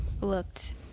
looked